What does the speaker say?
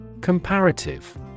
Comparative